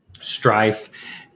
Strife